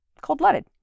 cold-blooded